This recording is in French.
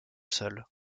sol